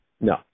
No